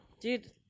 dude